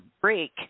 break